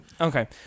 Okay